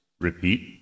Repeat